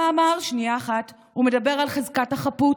במאמר, שנייה אחת, הוא מדבר על חזקת החפות,